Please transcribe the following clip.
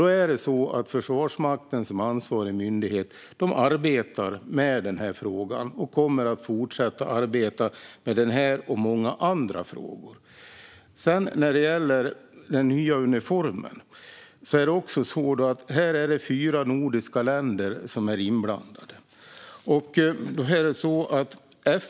Då är det så att Försvarsmakten som ansvarig myndighet arbetar med den här frågan och kommer att fortsätta arbeta med den - och med många andra frågor. När det gäller den nya uniformen är det fyra nordiska länder som är inblandade.